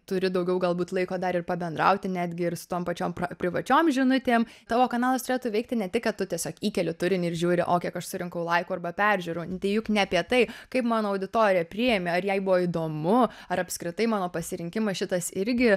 turi daugiau galbūt laiko dar ir pabendrauti netgi ir su tom pačiom pra privačiom žinutėm tavo kanalas turėtų veikti ne tik kad tu tiesiog įkeli turinį ir žiūri o kiek aš surinkau laikų arba peržiūrų tai juk ne apie tai kaip mano auditorija priėmė ar jai buvo įdomu ar apskritai mano pasirinkimas šitas irgi